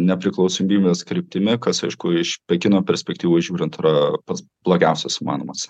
nepriklausomybės kryptimi kas aišku iš pekino perspektyvos žiūrint yra pats blogiausias įmanomas